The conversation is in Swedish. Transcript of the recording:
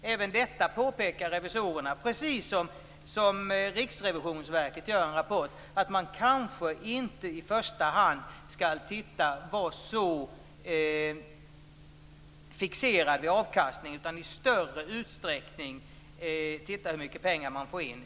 Även detta påpekar revisorerna, precis som Riksrevisionsverket gör i en rapport, dvs. att man kanske inte i första hand skall vara så fixerad vid avkastningen, utan att man i större utsträckning skall titta på hur mycket pengar man får in.